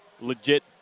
legit